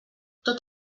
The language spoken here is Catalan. tot